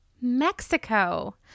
Mexico